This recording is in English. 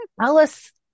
Alice